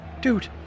Dude